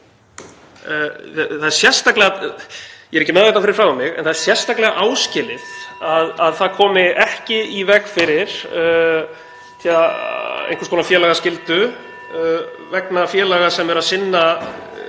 það er sérstaklega áskilið að það komi ekki í veg fyrir einhvers konar félagaskyldu vegna félaga sem hafa